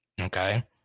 Okay